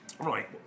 Right